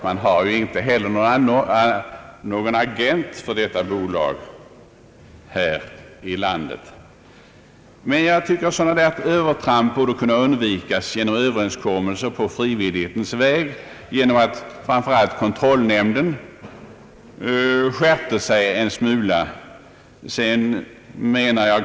Man har ju inte heller någon agent för detta bolag här i landet. Sådana övertramp borde kunna undvikas genom överenskommelser på frivillighetens väg och genom att kontrollnämnden skärper sig en smula.